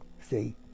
see